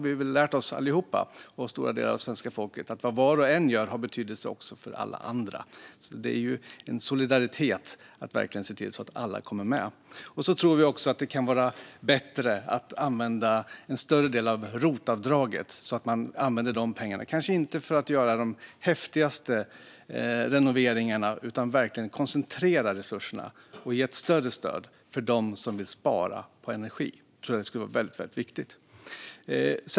Vi alla och stora delar av svenska folket har väl lärt oss att vad var och en gör har betydelse också för alla andra. Det är ju en solidaritet att verkligen se till att alla kommer med. Vi tror också att det kan vara bättre att använda en större del av rotavdraget, så att man inte använder de pengarna för att göra de häftigaste renoveringarna utan verkligen koncentrerar resurserna och ger ett större stöd till dem som vill spara energi. Det tror jag skulle vara väldigt viktigt.